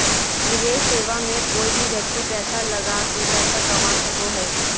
निवेश सेवा मे कोय भी व्यक्ति पैसा लगा के पैसा कमा सको हय